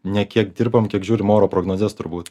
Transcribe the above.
ne kiek dirbam kiek žiūrim oro prognozes turbūt